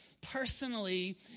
personally